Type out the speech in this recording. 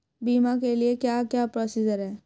बीमा के लिए क्या क्या प्रोसीजर है?